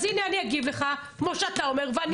אז הנה אני אגיב לך כמו שאתה אומר ואני